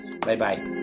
Bye-bye